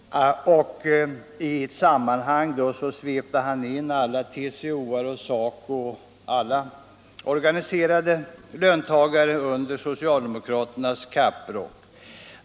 I ett sammanhang svepte han in alla medlemmar i TCO och SACO samt alla andra organiserade löntagare under socialdemokraternas kapprock.